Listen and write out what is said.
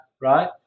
right